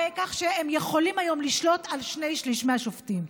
כך שהם יכולים היום לשלוט על שני-שלישים מהשופטים.